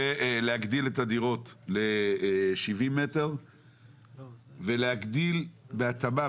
להגדיל את הדירות ל-70 מטר ולהגדיל בהתאמה.